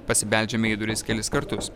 pasibeldžiame į duris kelis kartus